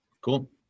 cool